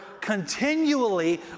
continually